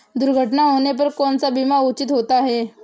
दुर्घटना होने पर कौन सा बीमा उचित होता है?